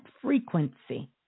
frequency